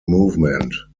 movement